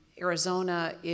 Arizona